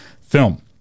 film